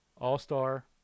All-star